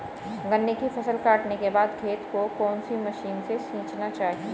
गन्ने की फसल काटने के बाद खेत को कौन सी मशीन से सींचना चाहिये?